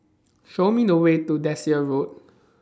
Show Me The Way to Desker Road